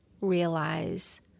realize